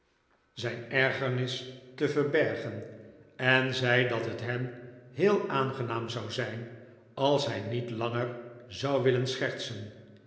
voortgezet ergernis te verbergen en zei dat het hem heel aangenaam zou zijn als hij niet langer zou willen schertsen